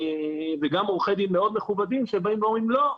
וגם עורכי דין מאוד מכובדים שאומרים: לא,